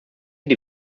die